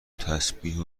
تسبیح